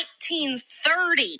1930